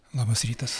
labas rytas